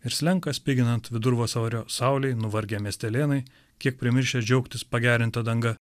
ir slenka spiginant vidurvasario saulei nuvargę miestelėnai kiek primiršę džiaugtis pagerinta danga